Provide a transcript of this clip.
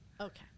Okay